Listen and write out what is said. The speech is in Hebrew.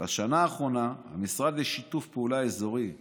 בשנה האחרונה במשרד לשיתוף פעולה אזורי בראשותי,